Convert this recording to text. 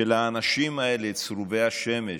של האנשים האלה צרובי השמש,